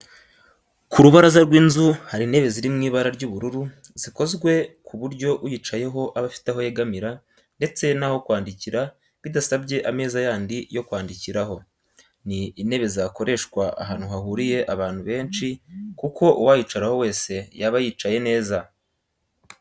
Ku rubaraza rw'inzu hari intebe ziri mu ibara ry'ubururu zikozwe ku buryo uyicayeho aba afite aho yegamira ndetse n'aho kwandikira bidasabye ameza yandi yo kwandikiraho. Ni intebe zakoreshwa ahantu hahuriye abantu benshi kuko uwayicaraho wese yaba yicaye neza